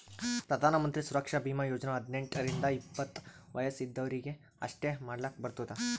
ಪ್ರಧಾನ್ ಮಂತ್ರಿ ಸುರಕ್ಷಾ ಭೀಮಾ ಯೋಜನಾ ಹದ್ನೆಂಟ್ ರಿಂದ ಎಪ್ಪತ್ತ ವಯಸ್ ಇದ್ದವರೀಗಿ ಅಷ್ಟೇ ಮಾಡ್ಲಾಕ್ ಬರ್ತುದ